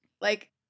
Like-